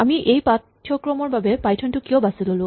আমি এই পাঠ্যক্ৰমৰ বাবে পাইথন টো কিয় বাচি ল'লো